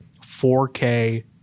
4K